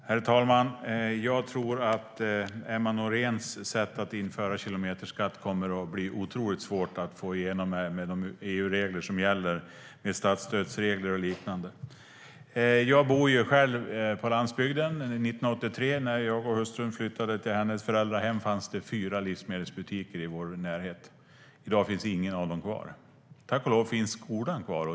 Herr talman! Jag tror att Emma Nohréns sätt att införa kilometerskatt kommer att bli otroligt svårt att få igenom, med de EU-regler som gäller, med statsstödsregler och liknande. Jag bor själv på landsbygden. År 1983, när jag och hustrun flyttade till hennes föräldrahem, fanns det fyra livsmedelsbutiker i vår närhet. I dag finns ingen av dem kvar. Tack och lov finns skolan kvar.